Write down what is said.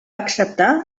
acceptar